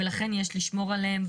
ולכן יש לשמור עליהם,